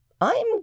I'm